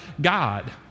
God